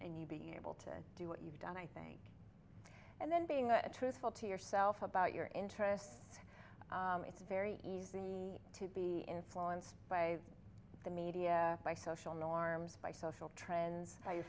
and you be able to do what you've done i think and then being truthful to yourself about your interest it's very easy to be influenced by the media by social norms by social trends